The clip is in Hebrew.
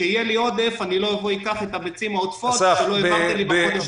כשיהיה לי עודף אני לא אקח את הביצים העודפות שלא העברת לי בחודש הקודם.